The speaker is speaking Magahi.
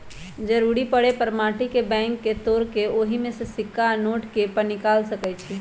जरूरी परे पर माटी के बैंक के तोड़ कऽ ओहि में से सिक्का आ नोट के पनिकाल सकै छी